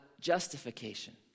justification